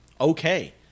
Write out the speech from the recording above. Okay